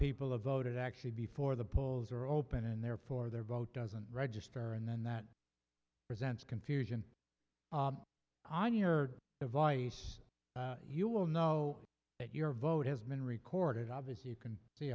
people have voted actually before the polls are open and therefore their vote doesn't register and then that presents confusion on your device you will know that your vote has been recorded obvious you can see